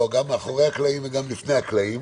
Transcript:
גם מאחורי הקלעים וגם לפני הקלעים,